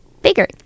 bigger